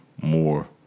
more